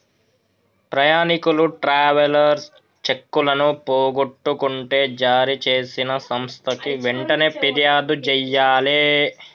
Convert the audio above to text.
ప్రయాణీకులు ట్రావెలర్స్ చెక్కులను పోగొట్టుకుంటే జారీచేసిన సంస్థకి వెంటనే పిర్యాదు జెయ్యాలే